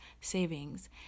savings